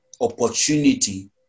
opportunity